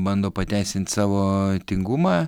bando pateisinti savo tingumą